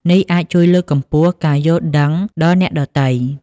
នេះអាចជួយលើកកម្ពស់ការយល់ដឹងដល់អ្នកដទៃ។